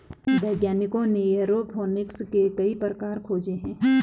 वैज्ञानिकों ने एयरोफोनिक्स के कई प्रकार खोजे हैं